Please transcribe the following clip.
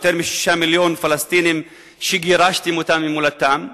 יותר מ-6 מיליוני פלסטינים שגירשתם אותם ממולדתם.